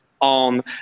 on